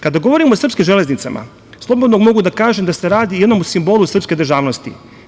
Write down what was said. Kada govorimo o srpskim železnicama, slobodno mogu da kažem da se radi o jednom od simbola srpske državnosti.